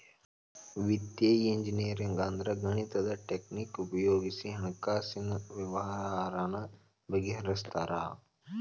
ವಿತ್ತೇಯ ಇಂಜಿನಿಯರಿಂಗ್ ಅಂದ್ರ ಗಣಿತದ್ ಟಕ್ನಿಕ್ ಉಪಯೊಗಿಸಿ ಹಣ್ಕಾಸಿನ್ ವ್ಯವ್ಹಾರಾನ ಬಗಿಹರ್ಸ್ತಾರ